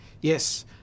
Yes